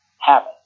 habit